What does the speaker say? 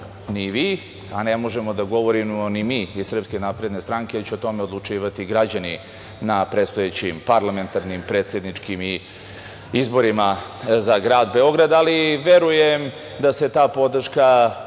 ni vi, a ne možemo da govorimo ni mi iz SNS, jer će o tome odlučivati građani na predstojećim parlamentarnim, predsedničkim i izborima za grad Beograd. Ali, verujem da se ta podrška